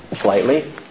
Slightly